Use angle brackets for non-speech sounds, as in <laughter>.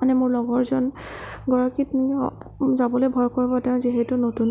মানে মোৰ লগৰজন গৰাকী <unintelligible> যাবলৈ ভয় কৰিব তেওঁ যিহেতু নতুন